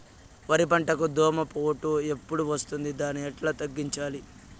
వరి పంటకు దోమపోటు ఎప్పుడు వస్తుంది దాన్ని ఎట్లా తగ్గించాలి?